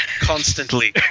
constantly